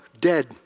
dead